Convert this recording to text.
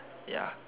ya